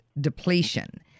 depletion